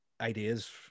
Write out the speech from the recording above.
ideas